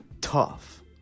tough